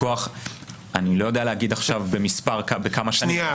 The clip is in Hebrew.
אני לא יודע להגיד עכשיו במספר כמה שנים.